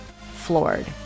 floored